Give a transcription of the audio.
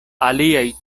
aliaj